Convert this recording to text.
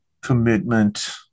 commitment